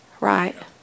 Right